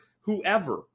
whoever